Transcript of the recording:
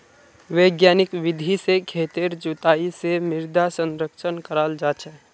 वैज्ञानिक विधि से खेतेर जुताई से मृदा संरक्षण कराल जा छे